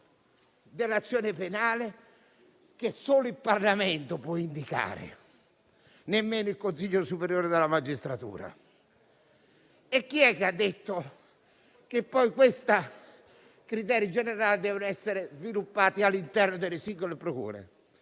dell'azione penale, che solo il Parlamento può indicare, nemmeno il Consiglio superiore della magistratura? Chi ha detto che questi criteri generali dovevano essere sviluppati all'interno delle singole procure?